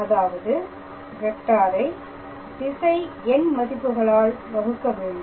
அதாவது வெக்டாரை திசை எண் மதிப்புகளால் வகுக்க வேண்டும்